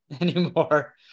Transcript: anymore